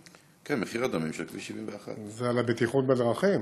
כן, מחיר הדמים של כביש 71. זה על הבטיחות בדרכים,